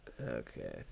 Okay